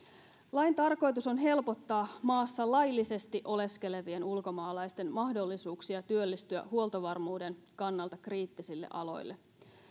lain tarkoitus on helpottaa maassa laillisesti oleskelevien ulkomaalaisten mahdollisuuksia työllistyä huoltovarmuuden kannalta kriittisille aloille